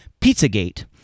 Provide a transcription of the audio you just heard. Pizzagate